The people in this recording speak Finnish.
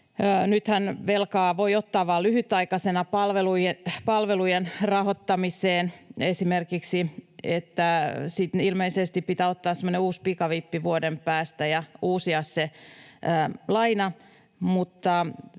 Nythän velkaa voi ottaa vain lyhytaikaisena esimerkiksi palvelujen rahoittamiseen, ja sitten ilmeisesti pitää ottaa semmoinen uusi pikavippi vuoden päästä ja uusia se laina,